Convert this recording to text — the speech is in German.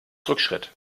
rückschritt